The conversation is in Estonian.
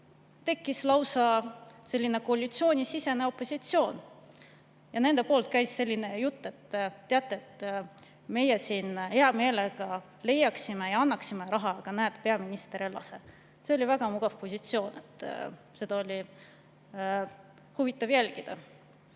Tekkis lausa koalitsioonisisene opositsioon. Nendel käis selline jutt, et teate, et meie siin hea meelega leiaksime ja annaksime raha, aga näe, peaminister ei lase. See oli väga mugav positsioon. Seda oli huvitav jälgida.